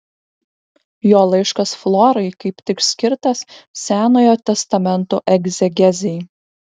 jo laiškas florai kaip tik skirtas senojo testamento egzegezei